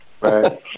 Right